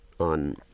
on